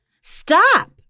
stop